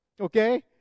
okay